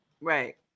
Right